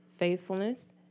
faithfulness